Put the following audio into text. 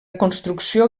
construcció